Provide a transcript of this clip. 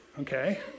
okay